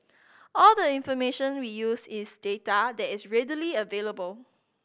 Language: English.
all the information we use is data that is readily available